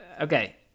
Okay